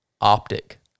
optic